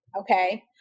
okay